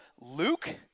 Luke